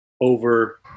over